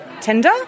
tender